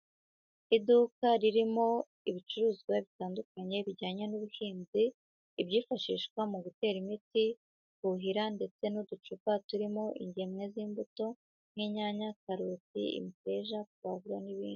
Iduka ririmo ibicuruzwa bitandukanye bijyanye n'ubuhinzi, ibyifashishwa mu gutera imiti, kuhira ndetse n'uducupa turimo ingemwe z'imbuto nk'inyanya, karoti, imiteja, pavuro n'ibindi.